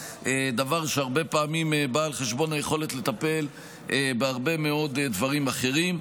דבר שהרבה פעמים בא על חשבון היכולת לטפל בהרבה מאוד דברים אחרים.